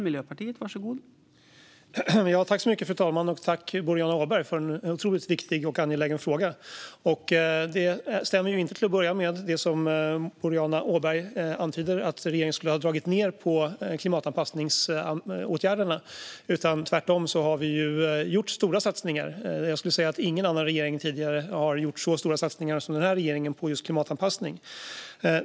Fru talman! Tack, Boriana Åberg, för en otroligt viktig och angelägen fråga! Till att börja med stämmer inte det som Boriana Åberg antyder, att regeringen skulle ha dragit ned på klimatanpassningsåtgärderna. Tvärtom har vi gjort stora satsningar. Jag skulle säga att ingen tidigare regering har gjort så stora satsningar som den här regeringen på just klimatanpassning.